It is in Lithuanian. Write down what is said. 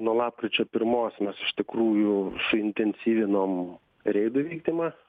nuo lapkričio pirmos mes iš tikrųjų suintensyvinom reidų vykdymą